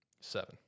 Seven